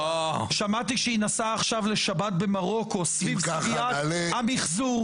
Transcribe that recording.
שמעתי שהיא נסעה עכשיו לשבת במרוקו סביב סוגיית המחזור.